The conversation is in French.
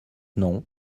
non